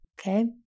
Okay